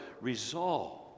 resolve